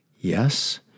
Yes